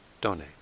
donate